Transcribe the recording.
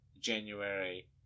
January